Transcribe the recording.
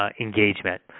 engagement